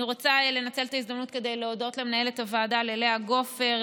אני רוצה לנצל את ההזדמנות כדי להודות למנהלת הוועדה לאה גופר,